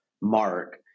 mark